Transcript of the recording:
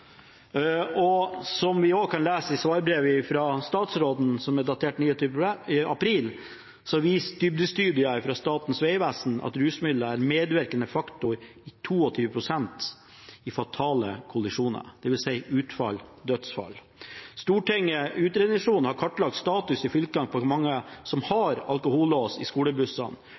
og som vi også kan lese i svarbrevet fra statsråden, som er datert 29. april, så viser dybdestudier fra Statens vegvesen at rusmidler er en medvirkende faktor i 22 pst. av alle fatale kollisjoner, dvs. der utfallet er dødsfall. Stortingets utredningsseksjon har kartlagt status i fylkene på hvor mange som